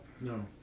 no